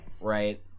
Right